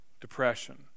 depression